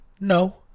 No